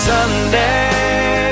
Sunday